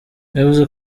yavuze